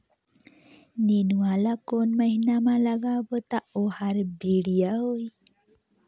नेनुआ ला कोन महीना मा लगाबो ता ओहार बेडिया होही?